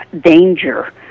danger